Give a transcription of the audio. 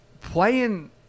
playing